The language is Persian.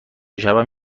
شبم